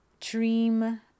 dream